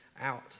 out